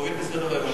להוריד מסדר-היום.